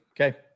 okay